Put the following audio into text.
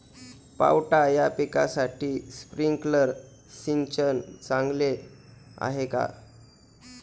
पावटा या पिकासाठी स्प्रिंकलर सिंचन चांगले आहे का?